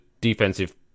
defensive